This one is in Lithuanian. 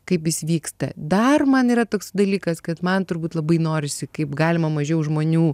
kaip jis vyksta dar man yra toks dalykas kad man turbūt labai norisi kaip galima mažiau žmonių